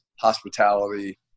hospitality